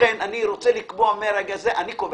לכן אני רוצה לקבוע מרגע זה את הכללים.